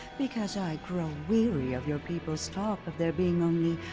because i grow weary of your people's talk of there being only.